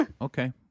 Okay